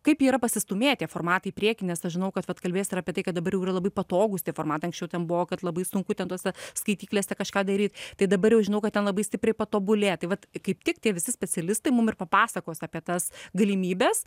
kaip yra pasistūmėję tie formatai į priekį nes aš žinau kad vat kalbės ir apie tai kad dabar jau yra labai patogūs tie formatai ankščiau ten buvo kad labai sunku ten tose skaityklėse kažką daryt tai dabar jau žinau kad ten labai stipriai patobulėjo tai vat kaip tik tie visi specialistai mum ir papasakos apie tas galimybes